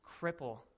cripple